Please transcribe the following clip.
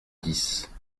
dix